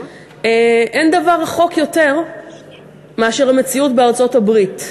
אין דבר רחוק יותר מזה מאשר המציאות בארצות-הברית.